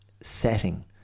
setting